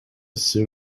sue